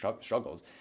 struggles